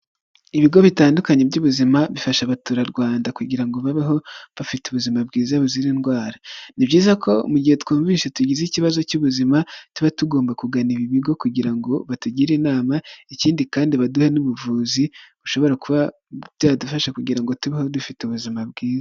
Ibigo bitandukanye by'ubuzima bifasha abaturarwanda kugira babeho bafite ubuzima bwiza buzira indwara, ni byiza ko mu gihe twumvise tugize ikibazo cy'ubuzima tuba tugomba kugana ibi bigo kugira ngo batugire inama, ikindi kandi baduhe n'ubuvuzi bushobora kuba byadufasha kugira ngo tubeho dufite ubuzima bwiza.